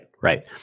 right